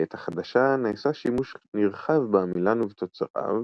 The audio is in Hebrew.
בעת החדשה נעשה שימוש נרחב בעמילן ובתוצריו